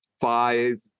five